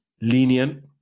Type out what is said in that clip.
lenient